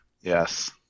Yes